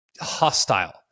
hostile